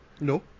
No